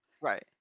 Right